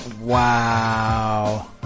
Wow